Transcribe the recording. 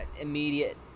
immediate